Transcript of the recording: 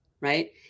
Right